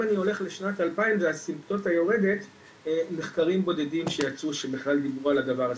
אני הולך לשנת 2000 מחקרים בודדים שיצאו שבכלל דיברו על הדבר הזה.